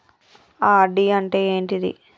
RD అంటే ఏంటిది?